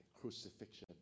Crucifixion